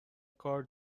کار